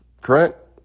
Correct